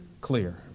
Clear